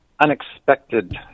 unexpected